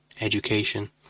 education